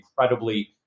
incredibly